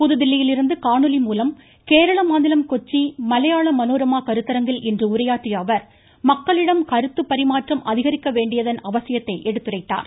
புதுதில்லியிலிருந்து காணொலி மூலம் கேரள மாநிலம் கொச்சி மலையாள மனோரமா கருத்தரங்கில் இன்று உரையாற்றிய அவர் மக்களிடம் கருத்து பரிமாற்றம் அதிகரிக்க வேண்டியதன் அவசியத்தை எடுத்துரைத்தார்